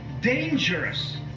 dangerous